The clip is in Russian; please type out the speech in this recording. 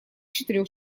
четырёх